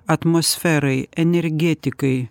atmosferai energetikai